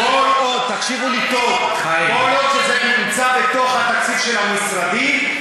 תקשיבו לי טוב: כל עוד זה נמצא בתוך התקציב של המשרדים,